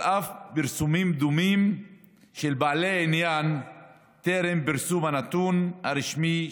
על אף פרסומים דומים של בעלי עניין טרם פרסום הנתון הרשמי,